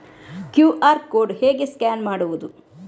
QR code ಹೇಗೆ scan ಮಾಡುವುದು?